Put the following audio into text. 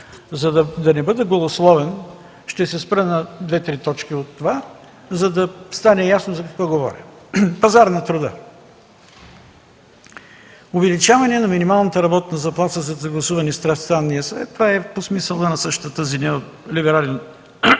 За да не бъда голословен, ще се спра на две-три точки от това, за да стане ясно за какво говоря. Пазар на труда: увеличаване на минималната работна заплата, съгласувана с Тристранния съвет – това е по смисъла на същата тази неолиберална